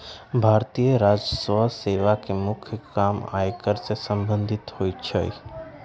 भारतीय राजस्व सेवा के मुख्य काम आयकर से संबंधित होइ छइ